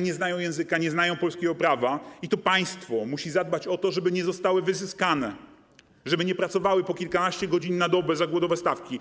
nie znają języka, nie znają polskiego prawa - i to państwo musi zadbać o to, żeby nie zostały wyzyskane, żeby nie pracowały po kilkanaście godzin na dobę za głodowe stawki.